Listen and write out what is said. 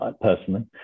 personally